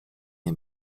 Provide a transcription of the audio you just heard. nie